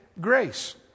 grace